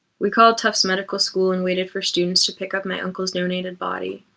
we called tufts medical school and waited for students to pick up my uncle's donated body.